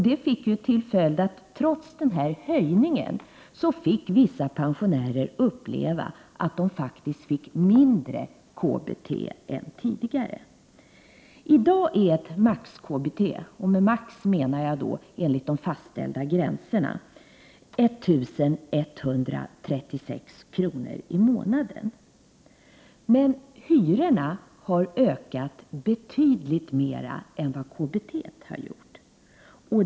Det fick i sin tur till följd att vissa pensionärer trots höjningen fick uppleva att de faktiskt fick mindre KBT än tidigare. I dag är ett max-KBT — med max menar jag KBT enlig 136 kr. i månaden. Men hyrorna har ökat betydligt mer än KBT.